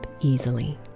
easily